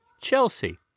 Chelsea